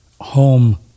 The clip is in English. home